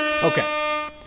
Okay